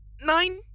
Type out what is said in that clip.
nine